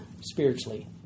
spiritually